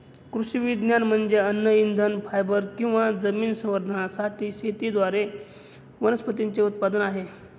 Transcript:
कृषी विज्ञान म्हणजे अन्न इंधन फायबर किंवा जमीन संवर्धनासाठी शेतीद्वारे वनस्पतींचे उत्पादन आहे